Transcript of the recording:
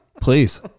Please